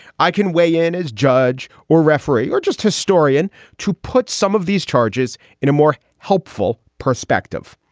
i can weigh in as judge or referee or just historian to put some of these charges in a more hopeful perspective.